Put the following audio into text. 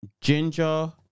Ginger